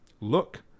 Look